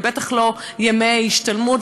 ובטח לא ימי השתלמות,